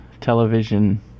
television